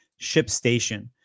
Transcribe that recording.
ShipStation